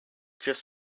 just